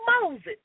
Moses